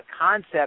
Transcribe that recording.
concept